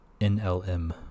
NLM